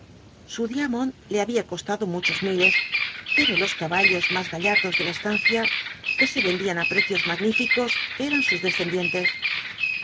diamond le había costado muchos miles pero los caballos más gallardos de la estancia que se vendían á precios magníficos eran sus descendientes